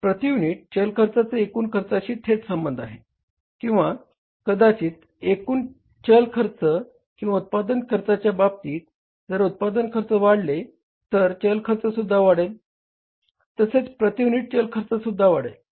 प्रती युनिट चल खर्चाचे एकूण खर्चाशी थेट संबंध आहे किंवा कदाचित एकूण चल खर्च किंवा उत्पादन खर्चाच्या बाबतीत जर उत्पादन खर्च वाढले तर चल खर्चसुद्धा वाढेल तसेच प्रती युनिट चल खर्चसुद्धा वाढेल